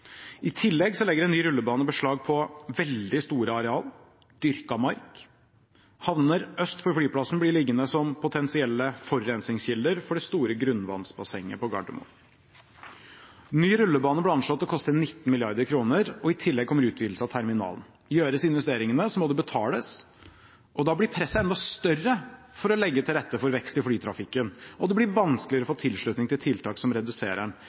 I tillegg legger en ny rullebane beslag på veldig store arealer, dyrket mark. Havner øst for flyplassen blir liggende som potensielle forurensningskilder for det store grunnvannsbassenget på Gardermoen. Ny rullebane blir anslått til å koste 19 mrd. kr, og i tillegg kommer utvidelse av terminalen. Gjøres investeringene, må det betales, og da blir presset enda større for å legge til rette for vekst i flytrafikken, og det blir vanskeligere å få tilslutning til tiltak som reduserer den.